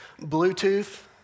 Bluetooth